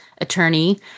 attorney